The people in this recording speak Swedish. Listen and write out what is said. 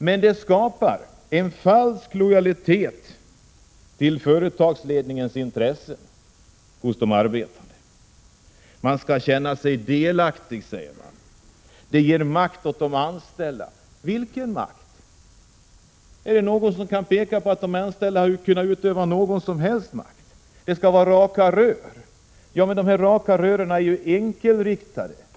Men det skapar en falsk lojalitet hos de arbetande med företagsledningens intressen. Man skall känna sig delaktig, sägs det. Det ger makt åt de anställda. Vilken makt? Är det någon som kan peka på att de anställda har kunnat utöva någon som helst makt? Det skall vara ”raka rör”. Men de här ”raka rören” är ju enkelriktade.